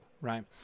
right